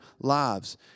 lives